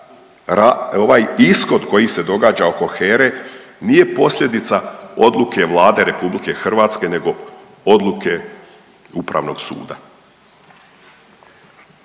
ovaj ishod koji se događa oko HERE nije posljedica odluka Vlade RH nego odluke Upravnog suda.